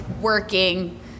working